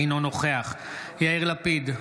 אינו נוכח יאיר לפיד,